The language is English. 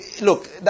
Look